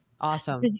Awesome